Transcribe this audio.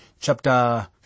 chapter